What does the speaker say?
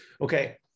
Okay